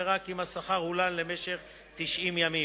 ורק אם השכר הולן למשך 90 ימים.